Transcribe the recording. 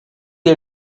est